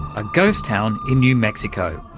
a ghost town in new mexico,